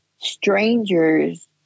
strangers